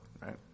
right